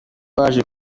waje